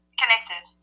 connected